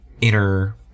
inner